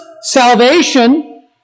salvation